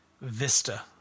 vista